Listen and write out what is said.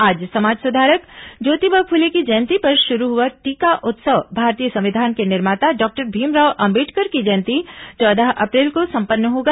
आज समाज सुधारक ज्योतिबा फुले की जयंती पर शुरू हुआ टीका उत्सव भारतीय संविधान के निर्माता डॉक्टर भीमराव अंबेडकर की जयंती चौदह अप्रैल को सम्पन्न होगा